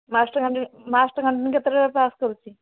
master canteen master canteen କେତେଟାରେ pass କରୁଛି